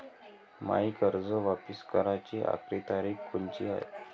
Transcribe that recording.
मायी कर्ज वापिस कराची आखरी तारीख कोनची हाय?